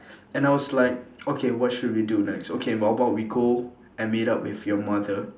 and I was like okay what should we do next okay how about we go and meet up with your mother